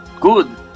good